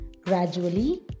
Gradually